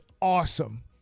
awesome